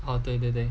哦对对对